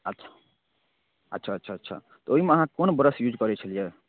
अच्छा अच्छा अच्छा अच्छा तऽ ओहिमे अहाँ कोन ब्रश यूज करै छलियै